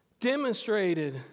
demonstrated